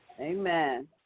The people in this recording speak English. Amen